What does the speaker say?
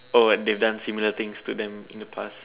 oh like they've done similar things to them in the past